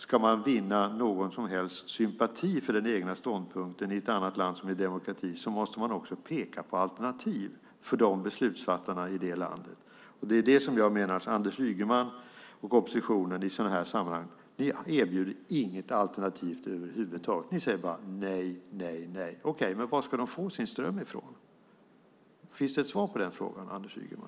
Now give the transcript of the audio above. Ska man vinna någon som helst sympati för den egna ståndpunkten i ett annat demokratiskt land måste man också peka på alternativ för beslutsfattarna i detta land. Anders Ygeman och oppositionen erbjuder i detta sammanhang inget alternativ över huvud taget. Ni säger bara nej. Vad ska Sydafrika då få sin ström från? Finns det ett svar på den frågan, Anders Ygeman?